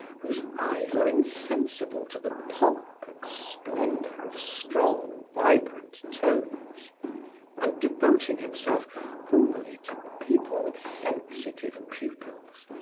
whose eyes are insensible to the pomp and splendor of strong, vibrant tones and devoting himself only to people with sensitive pupils,